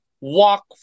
walk